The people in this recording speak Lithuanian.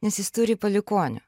nes jis turi palikuonių